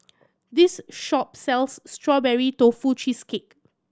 this shop sells Strawberry Tofu Cheesecake